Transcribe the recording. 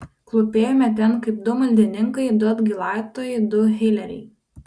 klūpėjome ten kaip du maldininkai du atgailautojai du hileriai